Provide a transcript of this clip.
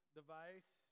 device